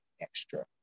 extra